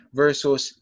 versus